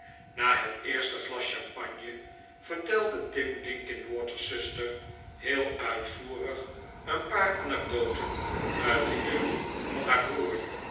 na het eerste glas champagne vertelde tim linkinwater's zuster heel uitvoerig een paar anecdoten uit de jeugd van haar broer